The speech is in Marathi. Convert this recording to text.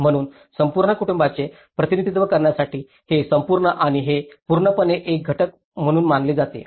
म्हणून संपूर्ण कुटुंबाचे प्रतिनिधित्व करण्यासाठी हे संपूर्ण आणि हे पूर्णपणे एक घटक म्हणून मानले जाते